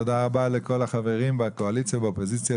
תודה רבה לכל החברים בקואליציה ובאופוזיציה